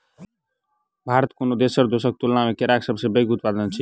भारत कोनो दोसर देसक तुलना मे केराक सबसे पैघ उत्पादक अछि